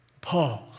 pause